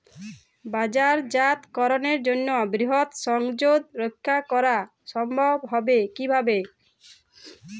বাজারজাতকরণের জন্য বৃহৎ সংযোগ রক্ষা করা সম্ভব হবে কিভাবে?